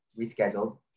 rescheduled